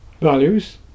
values